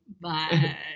bye